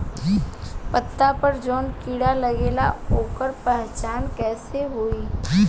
पत्ता पर जौन कीड़ा लागेला ओकर पहचान कैसे होई?